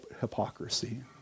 hypocrisy